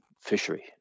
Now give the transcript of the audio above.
fishery